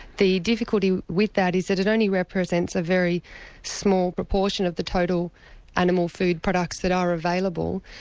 the difficulty with that is that it only represents a very small proportion of the total animal food products that are available,